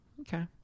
okay